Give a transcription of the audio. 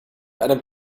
einem